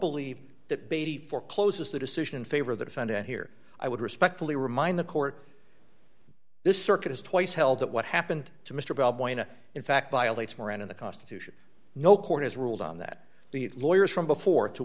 believe that baby for closes the decision in favor of the defendant here i would respectfully remind the court this circuit is twice held that what happened to mr bob wayne in fact violates moron in the constitution no court has ruled on that the lawyers from before to